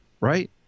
right